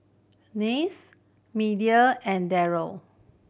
Anice Media and Daryl